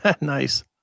Nice